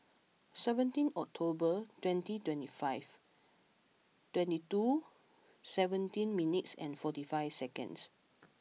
seventeen October twenty twenty five twenty two seventeen minutes and forty five seconds